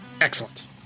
Excellent